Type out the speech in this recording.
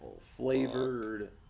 flavored